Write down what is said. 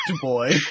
boy